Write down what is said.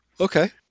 Okay